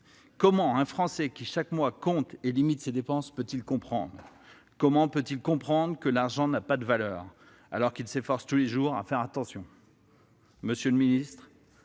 Comment un Français qui chaque mois compte et limite ses dépenses peut-il comprendre ? Comment peut-il comprendre que l'argent n'a pas de valeur, alors qu'il s'efforce tous les jours de faire attention ? Monsieur le ministre,